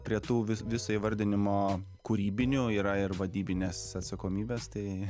prie tų viso įvardinimo kūrybinių yra ir vadybinės atsakomybės tai